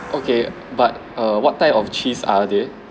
okay but err what type of cheese are there